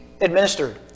administered